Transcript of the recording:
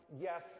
yes